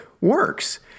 Works